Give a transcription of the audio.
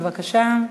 בבקשה.